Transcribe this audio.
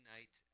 Night